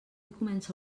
comença